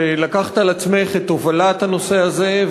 שלקחת על עצמך את הובלת הנושא הזה.